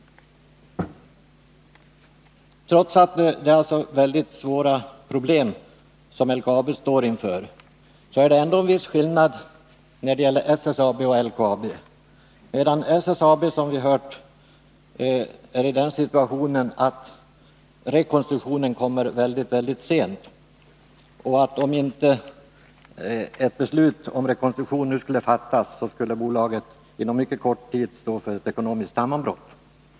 Trots att det är mycket svåra problem som LKAB står inför, är det ändå en viss skillnad mellan SSAB:s och LKAB:s situation. SSAB är, som vi har hört, i det läget att rekonstruktionen kommer mycket sent. Om det nu inte skulle fattas ett beslut om rekonstruktion, skulle bolaget inom kort stå inför ett ekonomiskt sammanbrott.